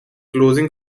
closing